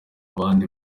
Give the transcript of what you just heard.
abandi